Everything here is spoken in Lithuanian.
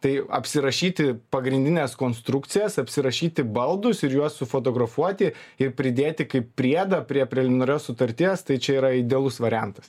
tai apsirašyti pagrindines konstrukcijas apsirašyti baldus ir juos sufotografuoti ir pridėti kaip priedą prie preliminarios sutarties tai čia yra idealus variantas